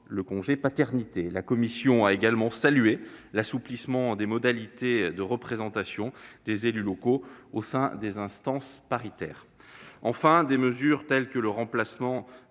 le congé de paternité. La commission a également salué l'assouplissement des modalités de représentation des élus locaux au sein des instances paritaires. Enfin, des mesures telles que le remplacement